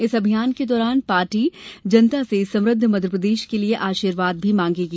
इस अभियान के दौरान पार्टी जनता से समृद्ध मध्यप्रदेश के लिए आशीर्वाद भी मांगेगी